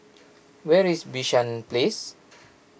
where is Bishan Place